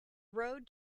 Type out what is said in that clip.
road